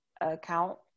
account